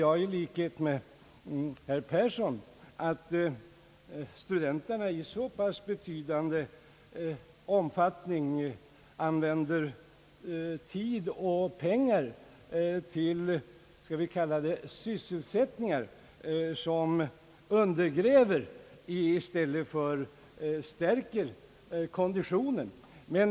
I likhet med herr Persson beklagar jag, att studenterna i så pass betydande omfattning använder tid och pengar till en sysselsättning som undergräver konditionen i stället för att stärka den.